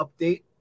update